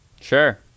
sure